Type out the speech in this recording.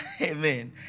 Amen